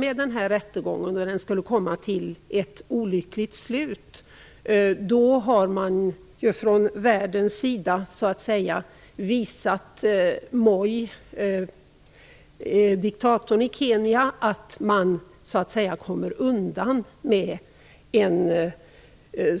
Om rättegången skulle fortsätta och komma till ett olyckligt slut, då har världen visat diktatorn i Kenya, Moi, att Kenya kan komma undan med en